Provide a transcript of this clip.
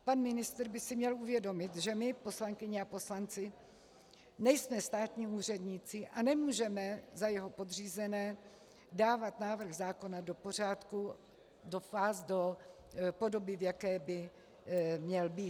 Pan ministr by si měl uvědomit, že my, poslankyně a poslanci, nejsme státní úředníci a nemůžeme za jeho podřízené dávat návrh zákona do pořádku, do podoby, v jaké by měl být.